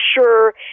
sure